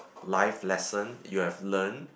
life lesson you've learn